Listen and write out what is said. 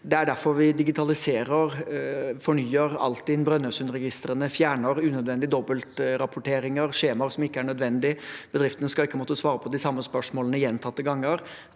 Det er derfor vi digitaliserer og fornyer Altinn og Brønnøysundregistrene og fjerner unødvendige dobbeltrapporteringer og skjemaer som ikke er nødvendige, for bedriftene skal ikke måtte svare på de samme spørsmålene gjentatte ganger.